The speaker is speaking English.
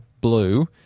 blue